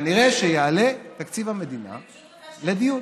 כנראה יעלה תקציב המדינה לדיון.